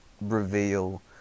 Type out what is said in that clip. reveal